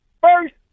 First